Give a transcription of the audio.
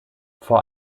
vor